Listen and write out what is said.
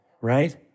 right